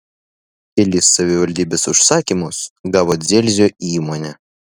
kelis savivaldybės užsakymus gavo dzelzio įmonė